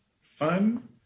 fun